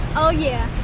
oh yeah,